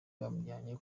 bamujyanye